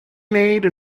made